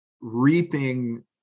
reaping